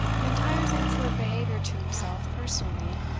m'intyre's insolent behaviour to himself personally,